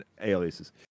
aliases